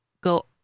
go